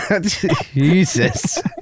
Jesus